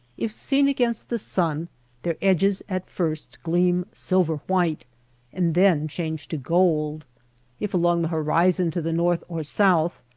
if seen against the sun their edges at first gleam silver-white and then change to gold if along the horizon to the north or south,